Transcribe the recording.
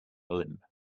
limp